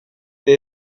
det